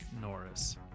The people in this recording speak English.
Norris